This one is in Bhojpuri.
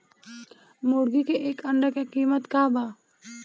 मुर्गी के एक अंडा के कीमत का बा?